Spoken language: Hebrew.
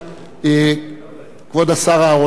כבוד השר אהרונוביץ,